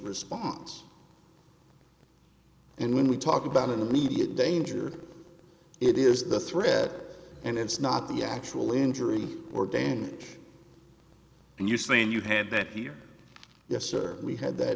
response and when we talk about an immediate danger it is the threat and it's not the actual injury or danger and you saying you had that here yes or we had that